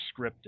scripted